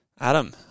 Adam